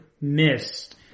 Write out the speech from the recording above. missed